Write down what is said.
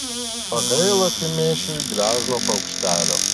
pagailo kemėšiui gležno paukštelio